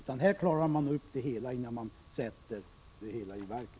Man skall klara upp allting innan man sätter det hela i verket.